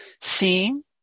seeing